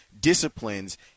disciplines